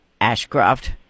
Ashcroft